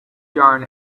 yarn